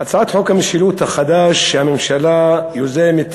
הצעת חוק המשילות החדש שהממשלה יוזמת